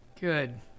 Good